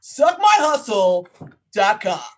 Suckmyhustle.com